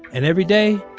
and every day,